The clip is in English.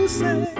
say